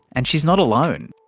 and she is not alone.